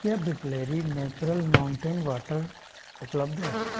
क्या Bisleri natural mountain water उपलब्ध है